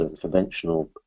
conventional